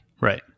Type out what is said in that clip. Right